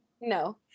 No